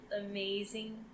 amazing